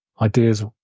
ideas